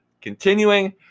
continuing